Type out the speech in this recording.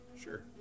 Sure